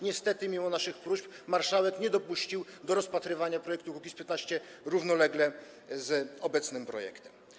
Niestety mimo naszych próśb marszałek nie dopuścił do rozpatrywania projektu klubu Kukiz’15 równolegle z obecnym projektem.